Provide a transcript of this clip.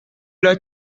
los